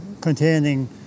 containing